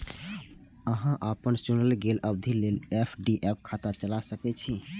अहां अपन चुनल गेल अवधि लेल एफ.डी खाता चला सकै छी